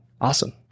awesome